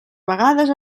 vegades